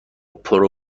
پرو